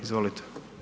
Izvolite.